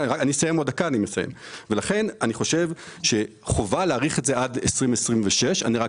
אני חושב שחובה להאריך את זה עד 2026 ואגיד